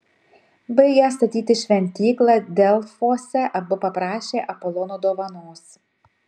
baigę statyti šventyklą delfuose abu paprašė apolono dovanos